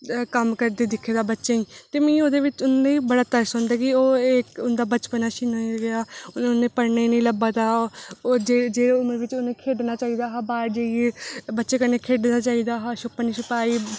कम्म करदे दिक्खे दा बच्चें गी ते मिं ओहदे बिच उनेंगी बड़ा तरस होंदा कि ओह् उंदा बचपना छिनन गेदा ते हुन उनेंगी पढ़ने गी नेईं लब्भा दा हा ओह् इस उमर च खेढना चाहिदा तां जेइयै बच्चें पैहलें खेढना चाहिदा छपन छपाई